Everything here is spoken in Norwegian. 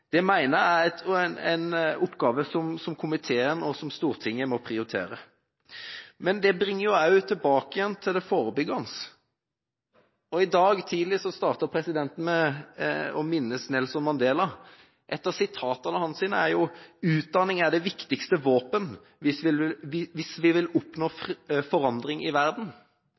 Det mener jeg er en oppgave som komiteen og Stortinget må prioritere. Men det bringer oss tilbake til det forebyggende. I dag tidlig startet presidenten med å minnes Nelson Mandela. En av uttalelsene hans er: Utdanning er det viktigste våpen hvis vi vil oppnå forandring i verden. Ikke bare for å oppnå forandring i verden,